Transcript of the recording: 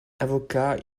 avocat